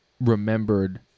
remembered